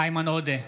איימן עודה,